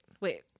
Wait